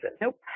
Nope